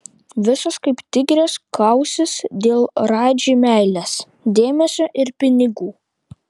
visos kaip tigrės kausis dėl radži meilės dėmesio ir pinigų